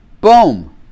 boom